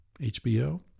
HBO